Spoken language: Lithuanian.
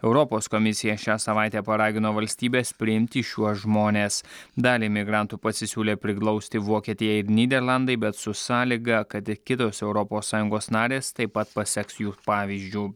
europos komisija šią savaitę paragino valstybes priimti šiuos žmones dalį migrantų pasisiūlė priglausti vokietija ir nyderlandai bet su sąlyga kad kitos europos sąjungos narės taip pat paseks jų pavyzdžiu